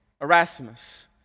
Erasmus